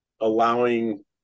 allowing